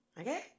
okay